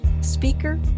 speaker